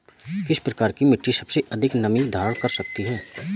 किस प्रकार की मिट्टी सबसे अधिक नमी धारण कर सकती है?